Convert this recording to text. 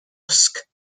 busk